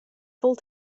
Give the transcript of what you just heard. full